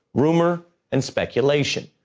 rumor and speculation.